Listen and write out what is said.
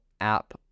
app